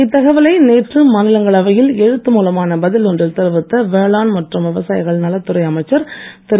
இத்தகவலை நேற்று மாநிலங்களவையில் எழுத்து மூலமான பதில் ஒன்றில் தெரிவித்த வேளாண் மற்றும் விவசாயிகள் நலத்துறை அமைச்சர் திரு